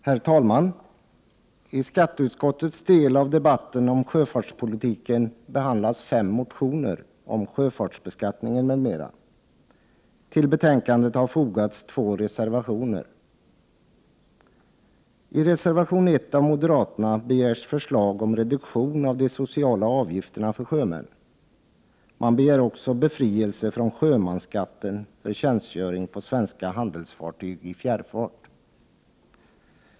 Herr talman! I skatteutskottets del av debatten om sjöfartspolitiken behandlas fem motioner om sjöfartsbeskattningen m.m. Till betänkandet har fogats två reservationer. I reservation 1 av moderaterna begärs förslag om reduktion av de sociala avgifterna för sjömän. Man begär också befrielse från sjömansskatten för tjänstgöring på svenska handelsfartyg i fjärrfart.